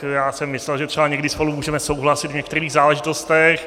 Já jsem myslel, že třeba někdy spolu můžeme souhlasit v některých záležitostech.